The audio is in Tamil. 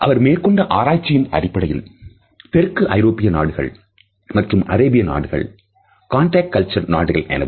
அவர் மேற்கொண்ட ஆராய்ச்சியின் அடிப்படையில் தெற்கு ஐரோப்பிய நாடுகள் மற்றும் அரேபிய நாடுகள் கான்டக்ட் கல்ச்சர் நாடுகள் எனவும்